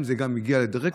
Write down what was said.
אם זה גם הגיע לדירקטורים.